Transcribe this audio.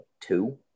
two